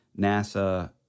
NASA